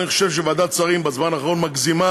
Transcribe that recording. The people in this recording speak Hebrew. אני חושב שוועדת שרים בזמן האחרון מגזימה